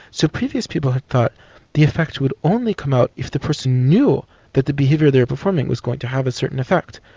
so previous people had thought the effect would only come out if the person knew the behaviour they were performing was going to have a certain effect.